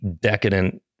decadent